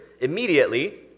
immediately